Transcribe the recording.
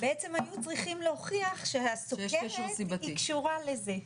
בעצם היו צריכים להוכיח שהסוכרת היא קשורה לזה.